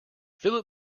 philip